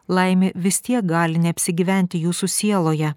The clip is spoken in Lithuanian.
laimė vis tiek gali neapsigyventi jūsų sieloje